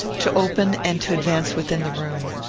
to open and to advance within the room.